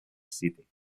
city